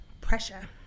Pressure